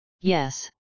yes